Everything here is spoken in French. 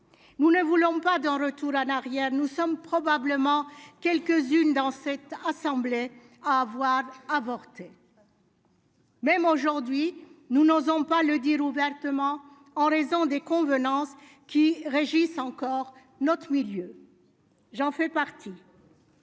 nous ne voulons pas de retour en arrière, nous sommes probablement quelques-unes dans cette assemblée à avoir avorté. Même aujourd'hui, nous n'osons pas le dire ouvertement, en raison des convenances qui régissent encore notre milieu. J'en fait partie.